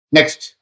Next